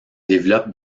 développent